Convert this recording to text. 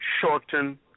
shorten